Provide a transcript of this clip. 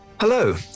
hello